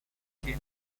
engine